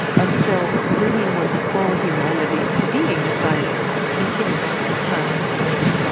and so bringing one's full humanity to being a scientist and teaching science is,